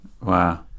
Wow